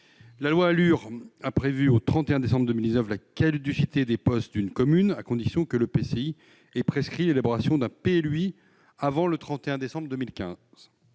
La loi ALUR a fixé au 31 décembre 2019 la caducité des POS d'une commune, à condition que l'EPCI ait prescrit l'élaboration d'un PLUI avant le 31 décembre 2015.